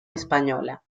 española